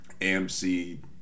AMC